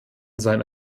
seinen